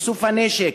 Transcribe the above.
איסוף הנשק,